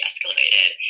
Escalated